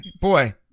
boy